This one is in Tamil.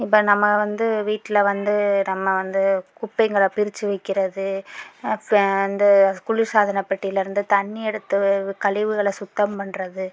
இப்ப நம்ம வந்து வீட்டில் வந்து நம்ம வந்து குப்பைங்களை பிரிச்சு வைக்கிறது இந்த குளிர் சாதன பெட்டியில் இருந்து தண்ணிர் எடுத்து கழிவுகளை சுத்தம் பண்றது